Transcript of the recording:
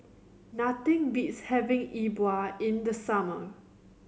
nothing beats having E Bua in the summer